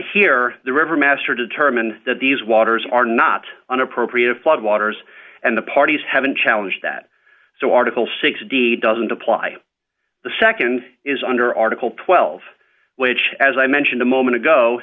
here the river master determined that these waters are not on appropriate flood waters and the parties haven't challenged that so article six d doesn't apply the nd is under article twelve which as i mentioned a moment ago